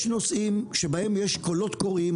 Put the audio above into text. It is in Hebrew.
יש נושאים שבהם יש קולות קוראים,